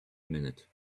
minute